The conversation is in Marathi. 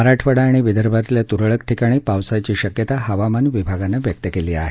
मराठवाडा आणि विदर्भातल्या तुरळक ठिकाणी पावसाची शक्यता हवामान विभागानं व्यक्त केली आहे